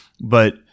but-